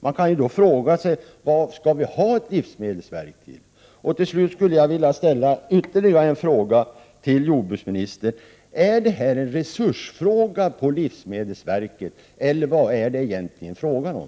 Man kan fråga sig vad vi skall ha ett livsmedelsverk till. Till slut skulle jag vilja ställa ytterligare en fråga till jordbruksministern. Är det här en resursfråga på livsmedelsverket, eller vad är det egentligen fråga om?